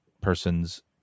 person's